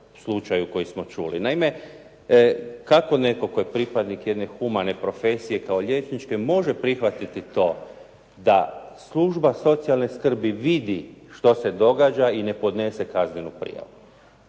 Naime, kako netko tko je pripadnik jedne humane profesije kao liječničke može prihvatiti to da služba socijalne skrbi vidi što se događa i ne podnese kaznenu prijavu.